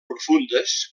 profundes